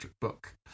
book